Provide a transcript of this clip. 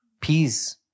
Peace